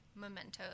mementos